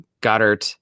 Goddard